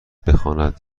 بخواند